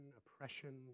oppression